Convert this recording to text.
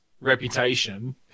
reputation